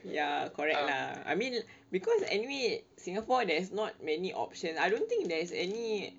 ya correct lah I mean because anyway singapore there's not many options I don't think there's any